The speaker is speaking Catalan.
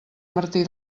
martí